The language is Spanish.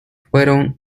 fueron